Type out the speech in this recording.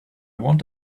want